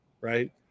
right